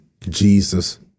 Jesus